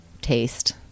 taste